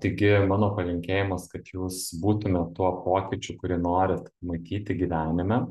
taigi mano palinkėjimas kad jūs būtumėt tuo pokyčiu kurį norit matyti gyvenime